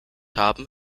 haben